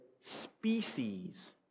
species